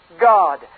God